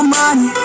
money